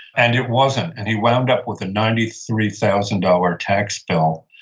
and it wasn't, and he wound up with a ninety three thousand dollars tax bill,